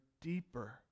deeper